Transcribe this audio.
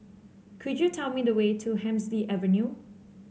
could you tell me the way to Hemsley Avenue